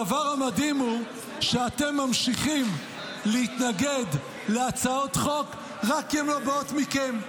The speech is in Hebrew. הדבר המדהים הוא שאתם ממשיכים להתנגד להצעות חוק רק כי הן לא באות מכם.